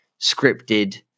scripted